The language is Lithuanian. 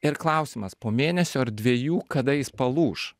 ir klausimas po mėnesio ar dviejų kada jis palūš